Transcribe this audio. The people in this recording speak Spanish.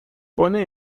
pone